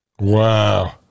wow